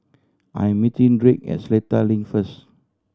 I am meeting Drake at Seletar Link first